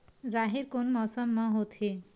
राहेर कोन मौसम मा होथे?